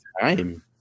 time